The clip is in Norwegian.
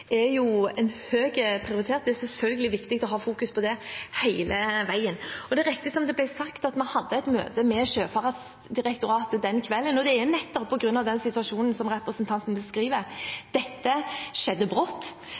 Det er selvfølgelig viktig å fokusere på det hele veien. Det er riktig som det ble sagt, at vi hadde et møte med Sjøfartsdirektoratet den kvelden, og det var nettopp på grunn av den situasjonen representanten beskriver. Dette skjedde